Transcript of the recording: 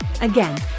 Again